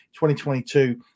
2022